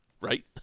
right